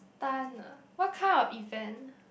ah what kind of event